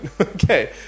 Okay